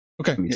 Okay